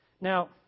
Now